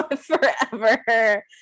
forever